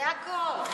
זה הכול.